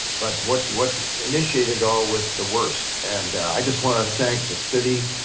but what what initiated all was the worst. and i just wanna thank the city,